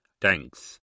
Thanks